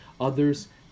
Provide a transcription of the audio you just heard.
others